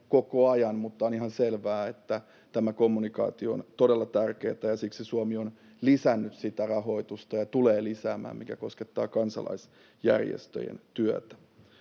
koko ajan, ja on ihan selvää, että tämä kommunikaatio on todella tärkeätä, ja siksi Suomi on lisännyt ja tulee lisäämään sitä rahoitusta, mikä koskettaa kansalaisjärjestöjen työtä.